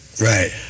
Right